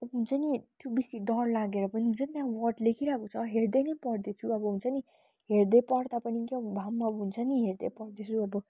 अब हुन्छ नि त्यो बेसी डर लागेर पनि हुन्छ नि त्यहाँ वर्ड लेखिरहेको छ हेर्दै नै पढ्दैछु अब हुन्छ नि हेर्दै पढ्दा पनि क्या हो भए पनि अब हुन्छ नि हेर्दै पढ्दैछु अब